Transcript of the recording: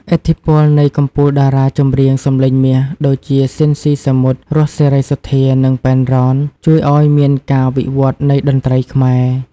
ឥទ្ធិពលនៃកំពូលតារ៉ាចម្រៀងសម្លេងមាស ដូចជា ស៊ីន ស៊ីសាមុត, រស់ សេរីសុទ្ធា, និង ប៉ែន រ៉ន ជួយអោយមានការវិវត្តន៍នៃតន្រ្តីខ្មែរ។